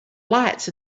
lights